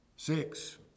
Six